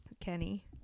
Kenny